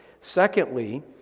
Secondly